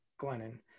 Glennon